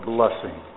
Blessing